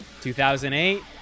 2008